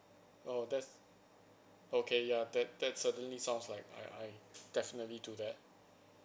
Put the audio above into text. oh that's okay ya that that certainly sounds like I I definitely do that